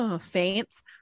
faints